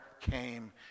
came